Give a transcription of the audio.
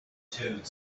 toad